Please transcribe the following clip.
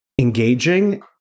engaging